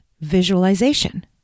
visualization